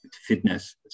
fitness